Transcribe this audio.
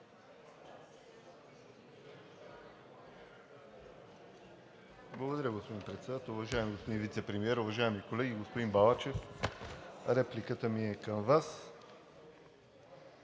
Благодаря, господин Председател. Уважаеми господин Вицепремиер, уважаеми колеги! Господин Балачев, репликата ми е към Вас.